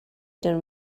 done